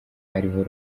ariho